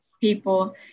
people